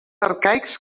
arcaics